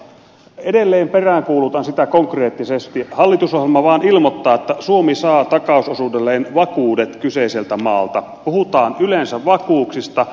mutta edelleen peräänkuulutan konkreettista tarkennusta kun hallitusohjelma vaan ilmoittaa että suomi saa takausosuudelleen vakuudet kyseiseltä maalta puhutaan yleensä vakuuksista